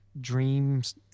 dreams